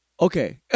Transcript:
okay